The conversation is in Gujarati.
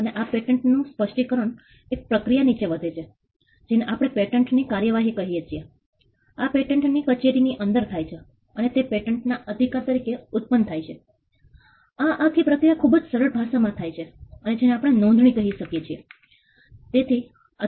અને આ પેટન્ટ નું સ્પષ્ટિકરણ એક પ્રક્રિયા નીચે વધે છે જેને આપણે પેટન્ટ ની કાર્યવાહી કહીએ છીએ આ પેટન્ટ ની કચેરીની અંદર થાય છે અને તે પેટન્ટ ના અધિકાર તરીકે ઉત્પન્ન થાય છે આ આખી પ્રક્રિયા ખુબજ સરળ ભાષા માં થાય છે જેને આપણે નોંધણી કહી શકીએ છીએ